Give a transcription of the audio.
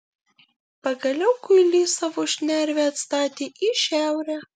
pagaliau kuilys savo šnervę atstatė į šiaurę